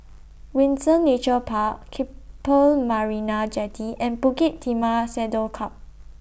Windsor Nature Park Keppel Marina Jetty and Bukit Timah Saddle Club